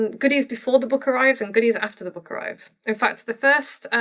and goodies before the book arrives and goodies after the book arrives. in fact, the first,